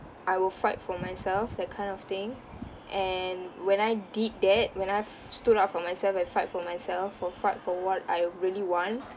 I will fight for myself that kind of thing and when I did that when I f~ stood up for myself and fight for myself for fight for what I really want